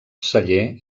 celler